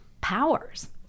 powers